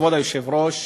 כבוד היושב-ראש,